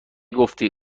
گفتی